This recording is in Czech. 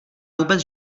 vůbec